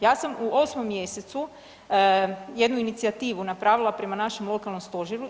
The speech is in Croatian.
Ja sam u 8. mjesecu jednu inicijativu napravila prema našem lokalnom stožeru.